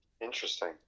interesting